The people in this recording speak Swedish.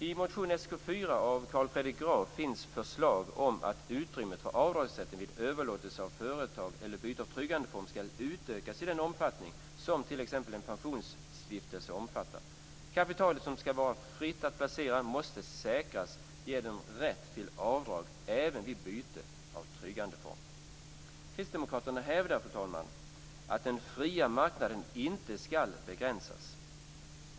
I motion Sk4 av Carl Fredrik Graf finns förslag om att utrymmet för avdragsrätten vid överlåtelse av företaget eller byte av tryggandeform skall utökas i den omfattning som t.ex. en pensionsstiftelse omfattar. Kapitalet som skall vara fritt att placera måste säkras genom rätt till avdrag även vid byte av tryggandeform. Kristdemokraterna hävdar, fru talman, att den fria marknaden inte skall begränsas.